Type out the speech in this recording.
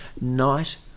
Night